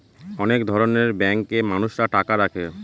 অনেক ধরনের ব্যাঙ্কে মানুষরা টাকা রাখে